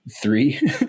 three